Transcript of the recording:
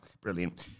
Brilliant